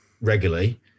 regularly